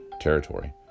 territory